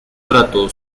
trato